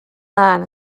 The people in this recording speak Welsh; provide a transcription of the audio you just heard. lân